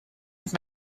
with